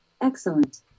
Excellent